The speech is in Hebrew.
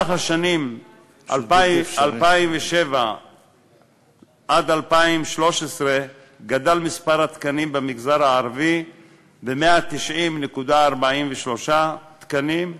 בשנים 2007 עד 2013 גדל מספר התקנים במגזר הערבי ב-190.43 תקנים,